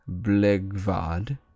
Blegvad